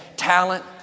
talent